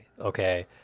Okay